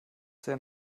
sehr